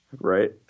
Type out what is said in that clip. Right